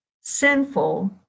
sinful